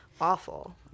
Awful